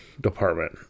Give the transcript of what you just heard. department